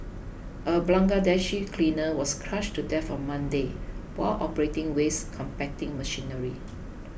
a Bangladeshi cleaner was crushed to death on Monday while operating waste compacting machinery